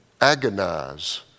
agonize